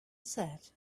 said